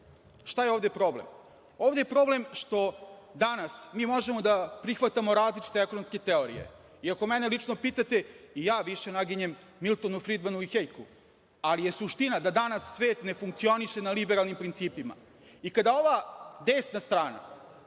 je ovde problem? ovde je problem što danas možemo da prihvatamo različite ekonomske teorije. Ako mene lično pitate i ja više naginjem Miltonu Fridmanu i Hejku, ali je suština da danas svet ne funkcioniše na liberalnim principima. Kada ova desna strana